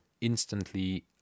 instantly